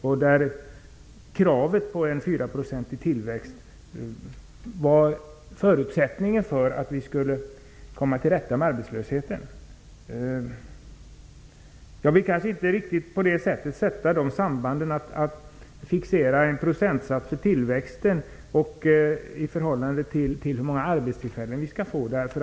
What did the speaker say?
Där var kravet på en fyraprocentig tillväxt förutsättningen för att vi skulle komma till rätta med arbetslösheten. Jag vill inte riktigt på det sättet fixera en procentsats för tillväxten i förhållande till hur många arbetstillfällen vi skall få.